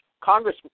Congress